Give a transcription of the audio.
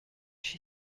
she